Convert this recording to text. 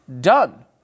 done